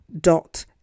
dot